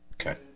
Okay